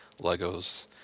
Legos